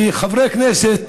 וכמובן חברי הכנסת